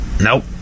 nope